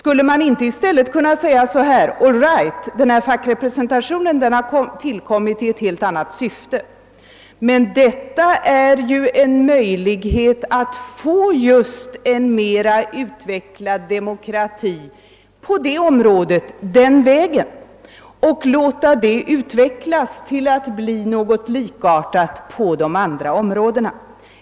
Borde man inte i stället säga så här: All right, denna fackrepresentation har tillkommit i ett helt annat syfte men detta är ju en möjlighet att få en mer utvecklad demokrati på detta område; sedan kan man försöka föra detta vidare till de andra områdena.